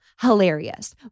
hilarious